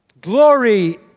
glory